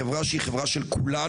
שהוא לא חושב שהדיון הזה מספיק חשוב,